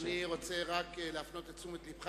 אני רוצה להפנות את תשומת לבך